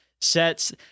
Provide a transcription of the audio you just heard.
sets